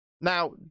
Now